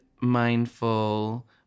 mindful